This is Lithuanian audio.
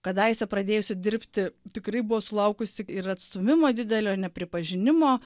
kadaise pradėjusi dirbti tikrai buvo sulaukusi ir atstūmimo didelio nepripažinimo